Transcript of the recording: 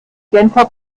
genfer